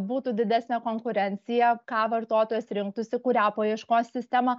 būtų didesnė konkurencija ką vartotojas rinktųsi kurią paieškos sistemą